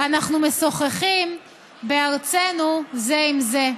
אנחנו משוחחים בארצנו זה עם זה.